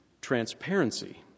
transparency